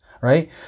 right